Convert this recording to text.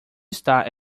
está